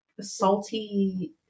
salty